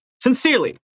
Sincerely